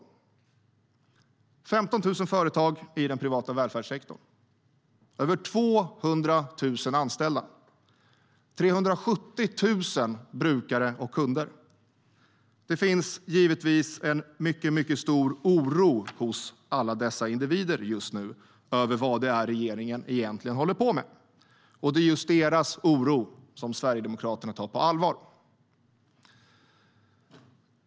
Det finns 15 000 företag i den privata välfärdssektorn med över 200 000 anställda och 370 000 brukare och kunder. Det finns givetvis en mycket stor oro hos alla dessa individer just nu över vad det är regeringen egentligen håller på med, och det är just deras oro som Sverigedemokraterna tar på allvar.